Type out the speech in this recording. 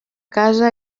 casa